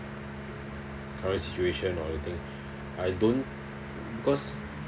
current situation or anything I don't because